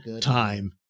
time